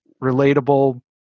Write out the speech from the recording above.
relatable